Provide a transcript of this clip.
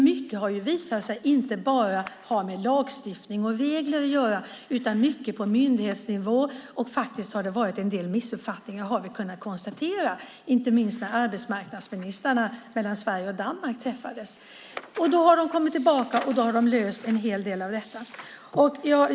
Mycket har visat sig inte bara ha med lagstiftning och regler att göra utan mycket ligger på myndighetsnivå. Vi har kunnat konstatera att det har varit en del missuppfattningar. Det framkom inte minst när arbetsmarknadsministrarna i Sverige och Danmark träffades. Grensetjänsten har löst en hel del av problemen.